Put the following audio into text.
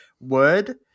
Word